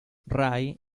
ray